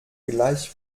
gleich